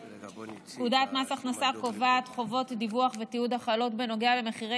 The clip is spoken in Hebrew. פקודת מס הכנסה קובעת חובות דיווח ותיעוד החלות בנוגע למחירי